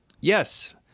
yes